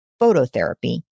phototherapy